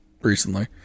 recently